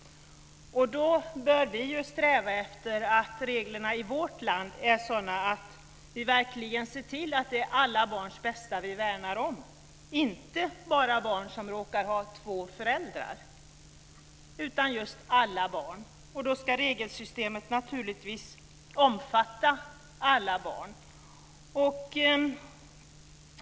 Då bör vi ju sträva efter att reglerna i vårt land är sådana att vi verkligen ser till att det är alla barns bästa vi värnar om - inte bara barn som råkar ha två föräldrar utan just alla barn. Då ska regelsystemet naturligtvis omfatta alla barn.